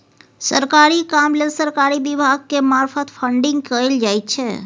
सरकारी काम लेल सरकारी विभाग के मार्फत फंडिंग कएल जाइ छै